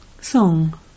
Song